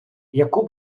яку